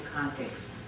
context